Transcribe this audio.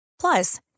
Plus